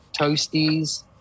toasties